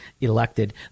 elected